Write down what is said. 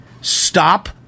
stop